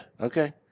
Okay